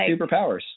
superpowers